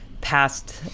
past